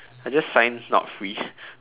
I just signed not free